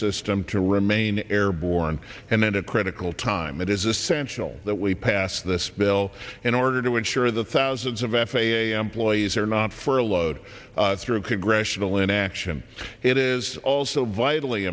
system to remain airborne and then a critical time it is essential that we pass this bill in order to ensure the thousands of f a a employees are not furloughed through congressional inaction it is also vitally